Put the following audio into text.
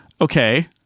Okay